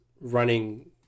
running